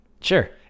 Sure